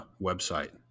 website